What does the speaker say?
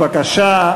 בבקשה.